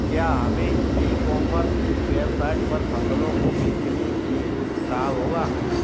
क्या हमें e commerce की वेबसाइट पर फसलों को बेचने से लाभ होगा?